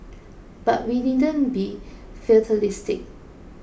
but we needn't be fatalistic